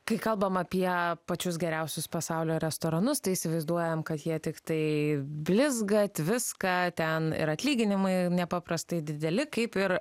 kai kalbam apie pačius geriausius pasaulio restoranus tai įsivaizduojam kad jie tiktai blizga tviska ten ir atlyginimai nepaprastai dideli kaip ir